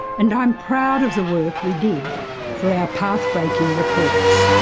and i'm proud of the work we did for our path-breaking reports,